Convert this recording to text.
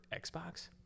Xbox